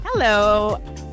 Hello